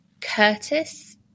Curtis